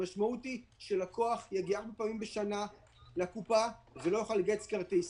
המשמעות היא שהלקוח יגיע ארבע פעמים בשנה לקופה ולא יוכל לגהץ כרטיס,